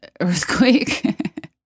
earthquake